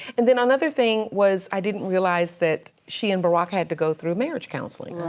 and then another thing was i didn't realize that she and barack had to go through marriage counseling.